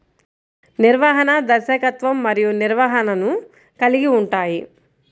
నిర్వహణ, దర్శకత్వం మరియు నిర్వహణను కలిగి ఉంటాయి